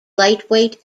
lightweight